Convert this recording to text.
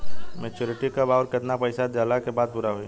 Maturity कब आउर केतना पईसा देहला के बाद पूरा होई?